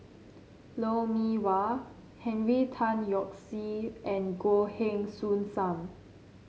Lou Mee Wah Henry Tan Yoke See and Goh Heng Soon Sam